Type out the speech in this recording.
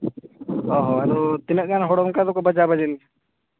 ᱦᱳᱭ ᱟᱫᱚ ᱛᱤᱱᱟᱹᱜ ᱜᱟᱱ ᱦᱚᱲ ᱚᱱᱠᱟ ᱫᱚᱠᱚ ᱵᱟᱡᱟ ᱵᱟᱡᱤ